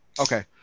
Okay